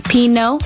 Pino